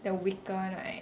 the weaker one right